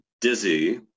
dizzy